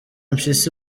mpyisi